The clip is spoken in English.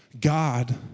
God